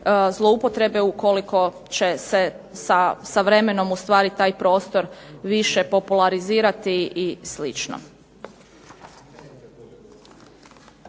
zloupotrebe ukoliko će se sa vremenom ustvari taj prostor više popularizirati i